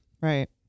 Right